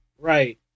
Right